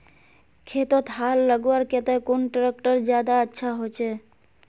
खेतोत हाल लगवार केते कुन ट्रैक्टर ज्यादा अच्छा होचए?